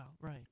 right